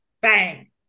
bang